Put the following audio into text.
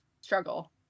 struggle